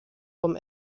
vom